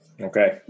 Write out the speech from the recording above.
Okay